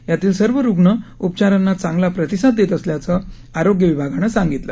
यातील सर्व रुग्ण उपचारांना चांगला प्रतिसाद देत असल्याचं आरोग्य विभागानं सांगितलं